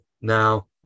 now